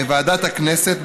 בוועדת הכנסת,